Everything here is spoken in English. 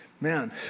man